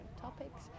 topics